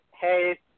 hey